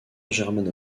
germano